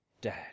dad